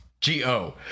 G-O